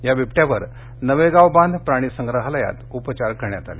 या बिबळ्यावर नवेगावबांध प्राणी संग्रालयात उपचार करण्यात आले